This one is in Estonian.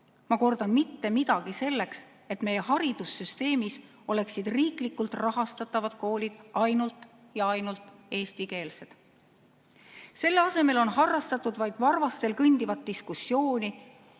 ma kordan, mitte midagi – selleks, et meie haridussüsteemis oleksid riiklikult rahastatavad koolid ainult eestikeelsed. Selle asemel on harrastatud vaid varvastel kõndivat diskussiooni.